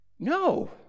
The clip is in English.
No